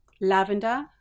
lavender